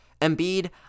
Embiid